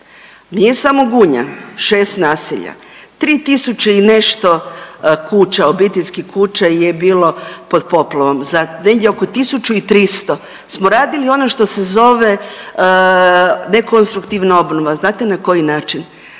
nije samo Gunja, šest naselja, 3.000 i nešto kuća obiteljskih kuća je bilo pod poplavom, za negdje oko 1.300 smo radili ono što se zove nekonstruktivna obnova znate na koji način,